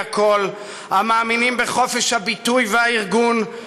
היא הכול'" המאמינים "בחופש הדיבור והארגון,